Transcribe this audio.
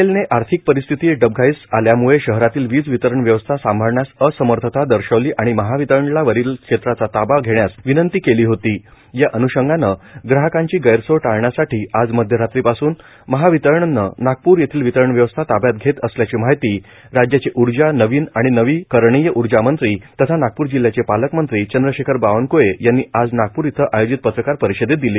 L ने आर्थिक परिस्थिती डबघाईस आल्याम्ळे शहरातील वीज वितरण व्यवस्था सांभाळण्यास असमर्थता दर्शवली आणि महावितरणला वरील क्षेत्राचा ताबा घेण्यास विनंती केली होती या अन्षंगाने ग्राहकांची गैरसोय टाळण्यासाठी आज मध्यरात्रीपासून महावितरणने नागपूर येथील वितरण व्यवस्था ताब्यात घेत असल्याची माहिती राज्याचे ऊर्जा नवीन आणि नविकरणिय ऊर्जामंत्री तथा नागपूर जिल्हयाचे पालकमंत्री चंद्रशेखर बावनक्ळे यांनी आज नागपूर आयोजित पत्रकार परिषदेत दिली